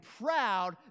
proud